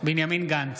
בנימין גנץ,